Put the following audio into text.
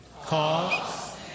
Cause